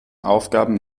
aufgaben